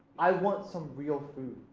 i want some real food.